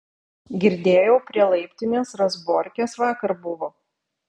girdėjau prie laiptinės razborkės vakar buvo